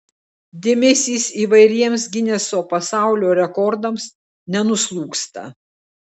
dėmesys įvairiems gineso pasaulio rekordams nenuslūgsta